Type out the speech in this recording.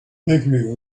bakery